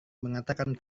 mengatakan